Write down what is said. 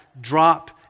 Drop